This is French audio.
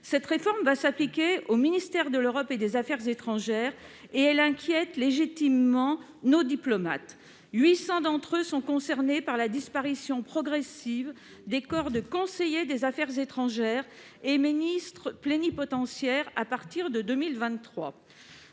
Cette réforme va s'appliquer au ministère de l'Europe et des affaires étrangères, et elle inquiète légitimement nos diplomates : 800 d'entre eux sont concernés par la disparition progressive des corps de conseiller des affaires étrangères et de ministre plénipotentiaire à partir de 2023.